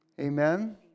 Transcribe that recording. Amen